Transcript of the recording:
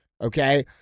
Okay